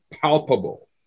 palpable